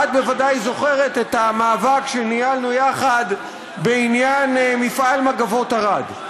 את בוודאי זוכרת את המאבק שניהלנו יחד בעניין מפעל מגבות ערד.